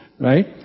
Right